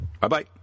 Bye-bye